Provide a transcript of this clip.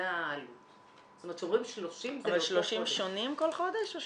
אבל 30 שונים כל חודש?